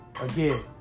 Again